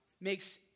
makes